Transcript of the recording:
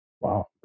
Wow